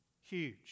Huge